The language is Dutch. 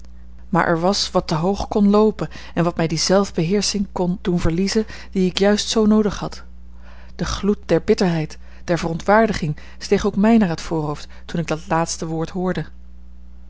maar er was wat te hoog kon loopen en wat mij die zelfbeheersching kon doen verliezen die ik juist zoo noodig had de gloed der bitterheid der verontwaardiging steeg ook mij naar het voorhoofd toen ik dat laatste woord hoorde